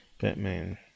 Batman